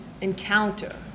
encounter